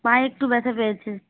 পায়ে একটু ব্যথা পেয়েছে